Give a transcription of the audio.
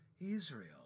Israel